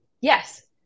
yes